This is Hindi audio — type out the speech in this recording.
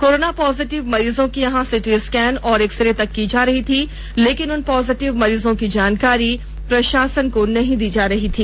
कोरोना पॉजिटिव मरीजों की यहां सीटी स्कैन और एक्सरे तक की जा रही थी लेकिन उन पॉजिटिव मरीजों की जानकारी प्रशासन को नही दी जा रही थी